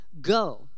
Go